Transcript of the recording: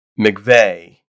McVeigh